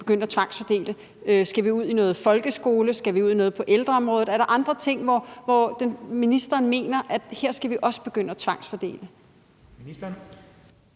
begynde at tvangsfordele? Skal vi ud i noget i folkeskolen? Skal vi ud i noget på ældreområdet? Er der andre områder, hvor ministeren mener at her skal vi også begynde at tvangsfordele? Kl.